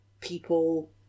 people